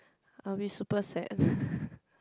I will be super sad